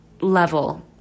level